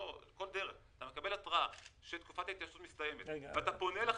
אתה מקבל התראה שתקופת ההתיישנות מסתיימת ואתה פונה לחברה,